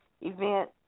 event